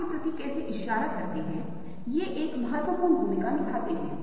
इस पर तुरंत नज़र डालें और फिर हमें पहले वाली स्लाइड पर वापस जाने दें